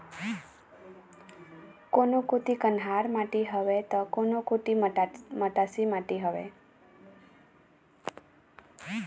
कोनो कोती कन्हार माटी हवय त, कोनो कोती मटासी माटी हवय